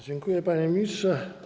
Dziękuję, panie ministrze.